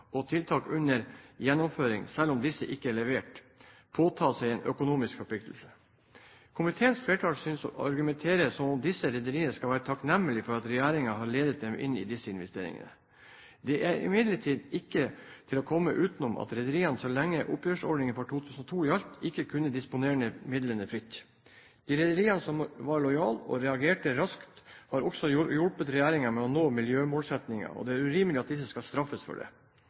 under gjennomføring, selv om disse ikke er levert, påtatt seg en økonomisk forpliktelse. Komiteens flertall synes å argumentere som om disse rederiene skal være takknemlige for at regjeringen har ledet dem inn i disse investeringene. Det er imidlertid ikke til å komme utenom at rederiene, så lenge oppgjørsordningen for 2002 gjaldt, ikke kunne disponere midlene fritt. De rederiene som var lojale og reagerte raskt, har også hjulpet regjeringen med å nå miljømålsettinger, og det er urimelig at de skal straffes for det.